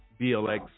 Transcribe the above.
BLX